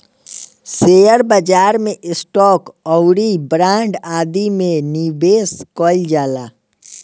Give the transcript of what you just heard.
share बाजार में stock आउरी बांड आदि में निबेश कईल जाला